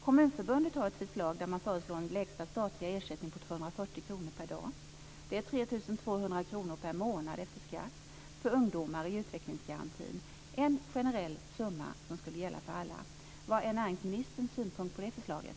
Kommunförbundet föreslår en lägsta statlig ersättning på 240 kr per dag. Det är 3 200 kr per månad efter skatt för ungdomar i utvecklingsgarantin - en generell summa som skulle gälla för alla. Vad är näringsministerns synpunkt på det förslaget?